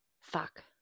Fuck